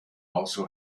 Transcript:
also